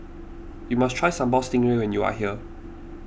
you must try Sambal Stingray when you are here